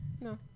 No